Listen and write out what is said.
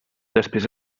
després